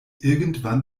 irgendwann